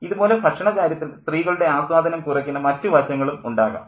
ഇതുപോലെ ഭക്ഷണകാര്യത്തിൽ സ്ത്രീകളുടെ ആസ്വാദനം കുറയ്ക്കുന്ന മറ്റു വശങ്ങളും ഉണ്ടാകാം